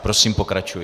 Prosím, pokračujte.